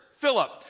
Philip